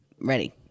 Ready